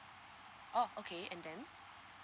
oh okay and then